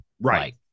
Right